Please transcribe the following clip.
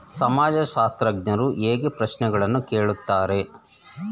ಸಮಾಜಶಾಸ್ತ್ರಜ್ಞರು ಹೇಗೆ ಪ್ರಶ್ನೆಗಳನ್ನು ಕೇಳುತ್ತಾರೆ?